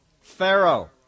Pharaoh